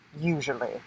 usually